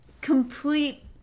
complete